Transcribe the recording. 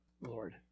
Lord